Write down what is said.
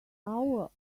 hour